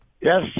Yes